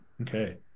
Okay